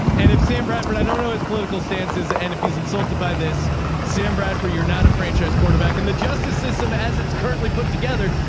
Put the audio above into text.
and if sam bradford, i don't know his political stance is. and if he's insulted by this sam, brad for, you're not a franchise quarterback and the justice system, as it's currently put together,